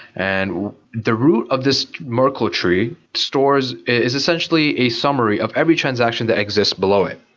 and the root of this merkel tree stores is essentially a summary of every transaction that exist below it.